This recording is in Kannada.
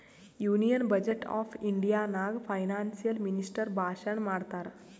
ಯೂನಿಯನ್ ಬಜೆಟ್ ಆಫ್ ಇಂಡಿಯಾ ನಾಗ್ ಫೈನಾನ್ಸಿಯಲ್ ಮಿನಿಸ್ಟರ್ ಭಾಷಣ್ ಮಾಡ್ತಾರ್